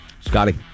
Scotty